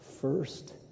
First